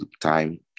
time